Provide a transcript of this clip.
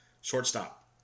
Shortstop